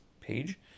page